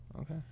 Okay